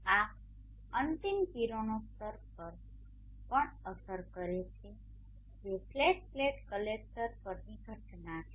આ અંતિમ કિરણોત્સર્ગ પર પણ અસર કરે છે જે ફ્લેટ પ્લેટ કલેક્ટર પરની ઘટના છે